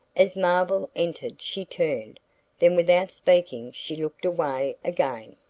as marvell entered she turned then, without speaking, she looked away again.